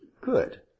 Good